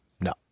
No